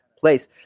place